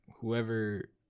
whoever